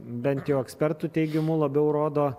bent jau ekspertų teigimu labiau rodo